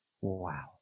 Wow